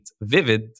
vivid